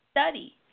study